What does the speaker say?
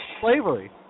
Slavery